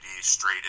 straight